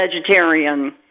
Vegetarian